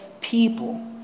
people